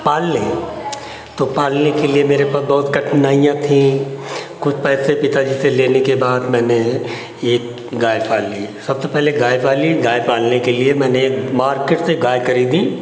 पाल लें तो पालने के लिए मेरे पास बहुत कठिनाइयां थी कुछ पैसे पिता जी से लेने के बाद मैंने एक गाय पाल ली सबसे पहले गाय पाली गाय पालने के लिए मैंने मार्केट से गाय खरीदी